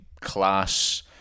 class